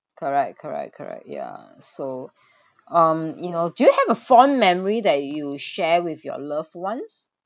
correct correct correct yeah so um you know do you have a fond memory that you share with your loved ones